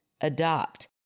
adopt